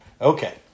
Okay